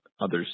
others